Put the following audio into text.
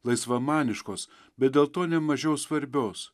laisvamaniškos bet dėl to nemažiau svarbios